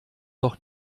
doch